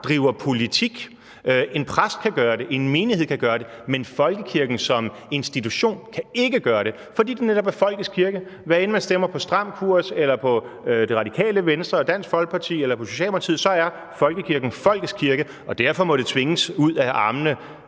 driver politik. En præst kan gøre det, en menighed kan gøre det, men folkekirken som institution kan ikke gøre det, fordi det netop er folkets kirke. Hvad enten man stemmer på Stram Kurs eller på Det Radikale Venstre eller Dansk Folkeparti eller Socialdemokratiet, så er folkekirken folkets kirke, og derfor må den tvinges ud af armene